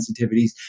sensitivities